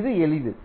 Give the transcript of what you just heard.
இது எளிது